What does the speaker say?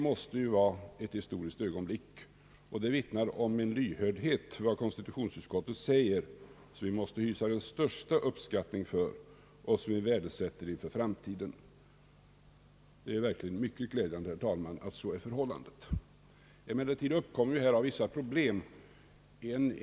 Det vittnar om en lyhördhet för konstitutionsutskottets mening som vi måste hysa den största respekt för och som vi värdesätter för framtiden. Det är verkligt glädjande, herr talman. Här uppkommer emellertid vissa problem.